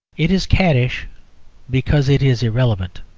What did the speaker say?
it is caddish because it is irrelevant.